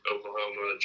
Oklahoma